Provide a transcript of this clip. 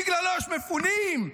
בגללו יש מפונים?